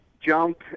jump